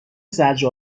زجر